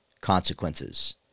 consequences